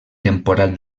temporal